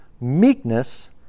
meekness